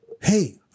hey